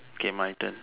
K my turn